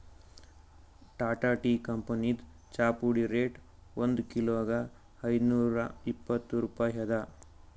Tata tea ಕಂಪನಿದ್ ಚಾಪುಡಿ rate ಒಂದ್ ಕಿಲೋಗಾ ಐದ್ನೂರಾ ಇಪ್ಪತ್ತ್ ರೂಪಾಯಿ ಅದಾ